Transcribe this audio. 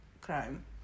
crime